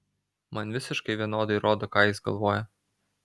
man visiškai vienodai rodo ką jis galvoja